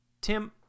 Tim